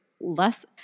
less